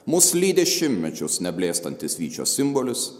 mus lydi šimtmečius neblėstantis vyčio simbolis